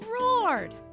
roared